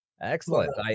Excellent